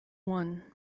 one